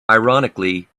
ironically